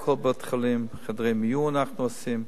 MRI לקופות-חולים, חדרי מיון אנחנו עושים,